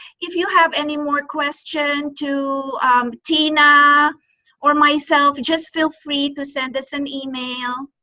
if you have any more question to tina or myself, just feel free to send us an email.